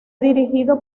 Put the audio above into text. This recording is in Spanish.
dirigido